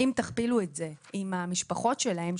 אם תכפילו את זה עם המשפחות שלהם,